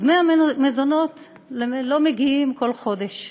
דמי המזונות לא מגיעים כל חודש.